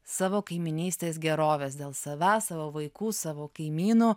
savo kaimynystės gerovės dėl savęs savo vaikų savo kaimynų